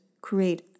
create